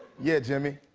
yeah, jimmy.